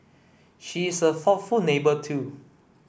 she is a thoughtful neighbour too